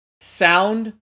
Sound